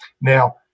Now